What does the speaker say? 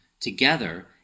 together